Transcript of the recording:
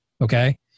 Okay